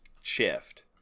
shift